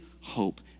hope